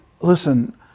listen